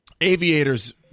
Aviators